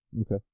Okay